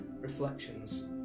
reflections